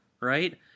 right